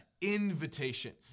invitation